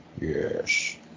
Yes